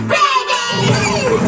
babies